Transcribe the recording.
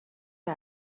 کار